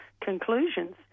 conclusions